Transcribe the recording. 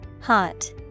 Hot